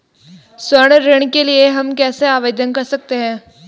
स्वर्ण ऋण के लिए हम कैसे आवेदन कर सकते हैं?